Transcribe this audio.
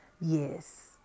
Yes